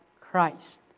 Christ